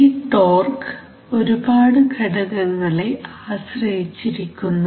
ഈ ടോർഘ് ഒരുപാടു ഘടകങ്ങളെ ആശ്രയിച്ചിരിക്കുന്നു